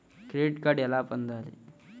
Credit card ఎలా పొందాలి?